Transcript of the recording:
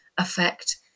affect